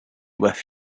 with